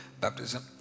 baptism